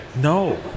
no